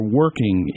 working